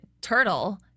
Turtle